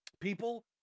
people